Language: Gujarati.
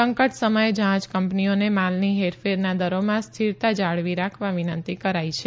સંકટ સમયે જહાજ કંપનીઓને માલની હેરફેરના દરોમાં સ્થિરતા જાળવી રાખવા વિનંતી કરાઇ છે